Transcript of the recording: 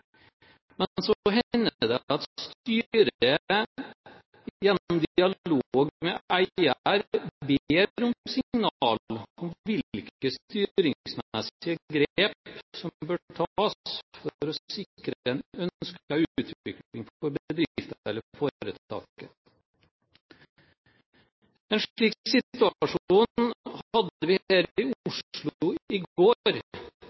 Men så hender det at styret gjennom dialog med eier ber om signal om hvilke styringsmessige grep som bør tas for å sikre en ønsket utvikling for bedriften eller foretaket. En slik situasjon hadde vi her i Oslo i går.